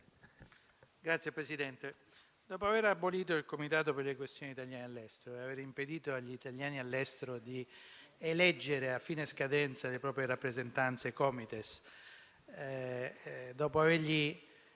Signor Presidente, dopo aver abolito il Comitato per le questioni degli italiani all'estero e avere impedito agli italiani all'estero di eleggere a fine scadenza le proprie rappresentanze Comites, dopo averli